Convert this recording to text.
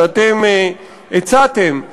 שאתם הצעתם,